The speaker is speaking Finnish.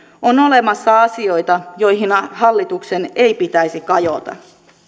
on olemassa asioita joihin hallituksen ei pitäisi kajota